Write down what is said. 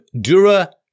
Dura